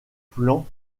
plan